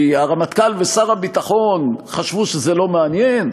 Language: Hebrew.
כי הרמטכ"ל ושר הביטחון חשבו שזה לא מעניין?